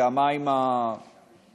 זה המים הטובים,